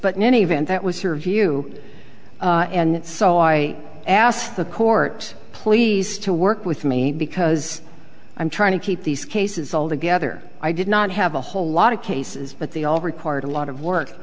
but in any event that was her view and so i asked the court please to work with me because i'm trying to keep these cases all together i did not have a whole lot of cases but they all required a lot of work